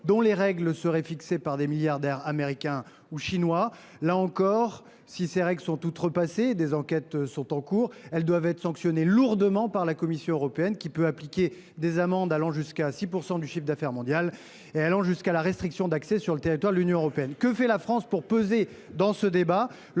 dont les règles seraient fixées par des milliardaires américains ou chinois. Là encore, si ces règles sont transgressées – des enquêtes sont en cours –, les plateformes doivent être sanctionnées lourdement par la Commission européenne, qui peut prononcer des amendes allant jusqu’à 6 % du chiffre d’affaires annuel mondial de la société concernée et pousser les sanctions jusqu’à la restriction d’accès sur le territoire de l’Union européenne. Que fait la France pour peser dans ce débat ?